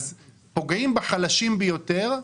פוגעים בחלשים ביותר.